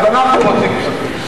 אז אנחנו רוצים כספים.